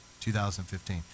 2015